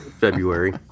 February